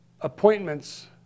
appointments